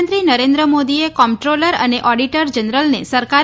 પ્રધાનમંત્રી નરેન્દ્ર મોદીએ કોમ્પટ્રોલર અને ઓડિટર જનરલને સરકારી